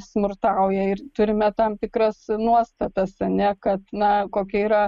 smurtauja ir turime tam tikras nuostatas ar ne kad na kokia yra